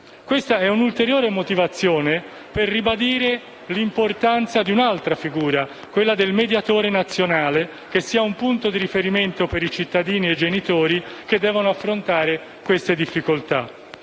Questa è un'ulteriore motivazione per ribadire l'importanza di un'altra figura, quella del mediatore nazionale, affinché sia un punto di riferimento per i cittadini e i genitori che devono affrontare simili difficoltà.